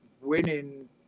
winning